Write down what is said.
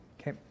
Okay